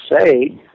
say